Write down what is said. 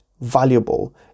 valuable